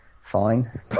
fine